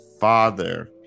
father